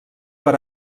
per